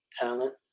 talent